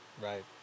Right